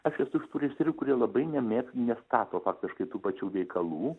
aš esu iš tų režisierių kurie labai nemėg nestato faktiškai tų pačių veikalų